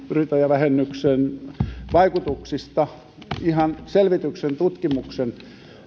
yrittäjävähennyksen vaikutuksista ihan selvityksen tutkimuksen